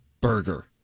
burger